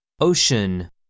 ocean